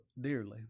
dearly